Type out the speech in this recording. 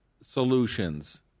solutions